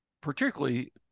particularly